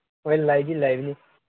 ꯍꯣꯏ ꯂꯩꯗꯤ ꯂꯩꯕꯅꯤ